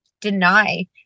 deny